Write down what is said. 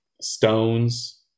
Stones